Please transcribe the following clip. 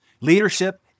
Leadership